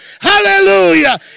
Hallelujah